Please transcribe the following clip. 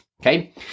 okay